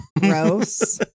Gross